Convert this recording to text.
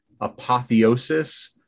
apotheosis